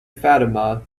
fatima